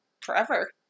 forever